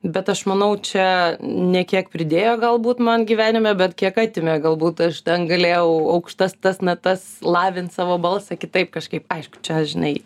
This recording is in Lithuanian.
bet aš manau čia ne kiek pridėjo galbūt man gyvenime bet kiek atimė galbūt aš ten galėjau aukštas tas natas lavint savo balsą kitaip kažkaip aišku čia žinai